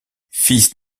fils